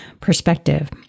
perspective